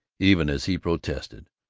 even as he protested,